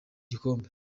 n’ibikombe